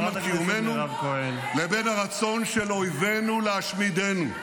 על קיומנו לבין הרצון של אויבינו להשמידנו.